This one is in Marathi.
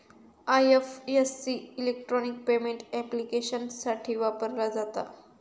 आय.एफ.एस.सी इलेक्ट्रॉनिक पेमेंट ऍप्लिकेशन्ससाठी वापरला जाता